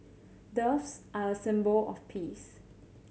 doves are a symbol of peace